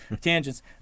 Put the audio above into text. tangents